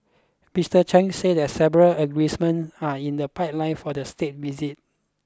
Mister Chen said that several agreements are in the pipeline for the state visit